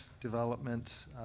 development